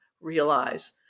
realize